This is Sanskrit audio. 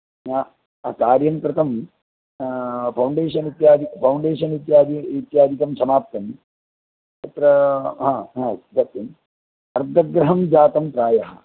कार्यं कृतम् फौण्डेषन् इत्यादि फौण्डेषन् इत्यादि इत्यादिकं समाप्तम् तत्रा हा हा सत्यं अर्धगृहं जातं प्रायः